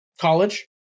College